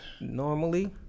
normally